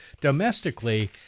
domestically